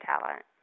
talent